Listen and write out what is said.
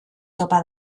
topa